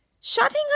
Shutting